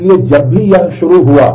इसलिए जब भी यह शुरू हुआ